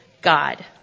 God